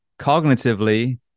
cognitively